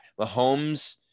Mahomes